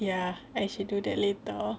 ya I should do that later